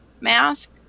mask